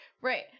right